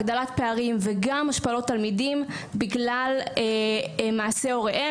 הגדלת פערים וגם השפלות תלמידים בגלל מעשי הוריהם